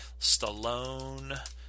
Stallone